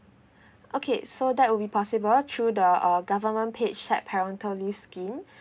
okay so that will be possible through the uh government page site parental leaves scheme